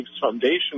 foundation